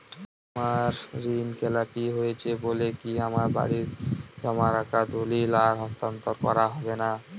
আমার ঋণ খেলাপি হয়েছে বলে কি আমার বাড়ির জমা রাখা দলিল আর হস্তান্তর করা হবে না?